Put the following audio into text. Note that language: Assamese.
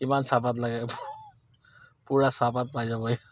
যিমান চাহপাত লাগে পূৰা চাহপাত পাই যাব ইয়াত